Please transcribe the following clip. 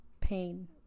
pain